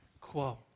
quo